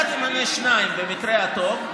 אתה תמנה שניים, במקרה הטוב.